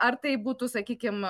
ar tai būtų sakykim